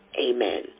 Amen